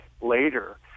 later